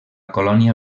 colònia